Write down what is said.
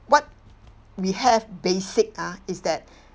what we have basic ah is that